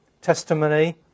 testimony